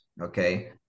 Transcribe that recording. Okay